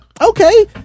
okay